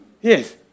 Yes